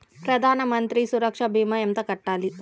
ప్రధాన మంత్రి సురక్ష భీమా ఎంత కట్టాలి?